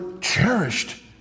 cherished